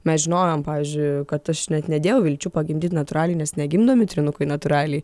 mes žinojom pavyzdžiui kad aš net nedėjau vilčių pagimdyt natūraliai nes negimdomi trynukai natūraliai